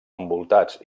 envoltats